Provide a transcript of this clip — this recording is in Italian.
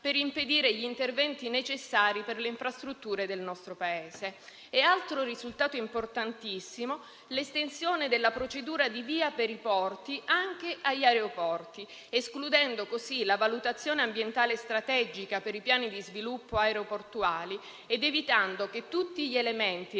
da impedire gli interventi necessari per le infrastrutture del nostro Paese. Altro risultato importantissimo è l'estensione della procedura di VIA per i porti anche agli aeroporti, escludendo così la valutazione ambientale strategica per i piani di sviluppo aeroportuali ed evitando che tutti gli elementi